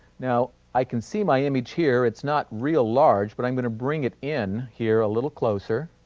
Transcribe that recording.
now, i can see my image here, it's not real large but i'm going to bring it in here a little closer,